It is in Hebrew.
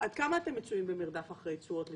עד כמה אתם נמצאים במרדף אחרי תשואות לתחושתך?